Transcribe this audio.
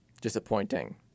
Disappointing